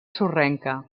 sorrenca